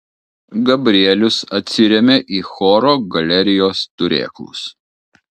gabrielius atsirėmė į choro galerijos turėklus